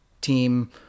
team